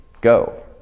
Go